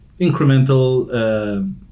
incremental